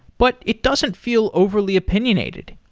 but it doesn't feel overly opinionated.